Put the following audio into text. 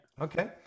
Okay